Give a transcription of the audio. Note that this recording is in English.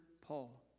Paul